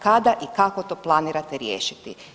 Kada i kako to planirate riješiti?